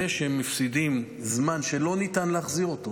הם מפסידים זמן שלא ניתן להחזיר אותו.